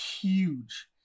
huge